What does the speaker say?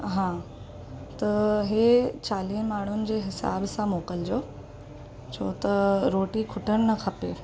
हा त हीअ चालीहनि माण्हुनि जे हिसाब सां मोकिलिजो छो त रोटी खुटणु न खपे